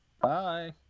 Bye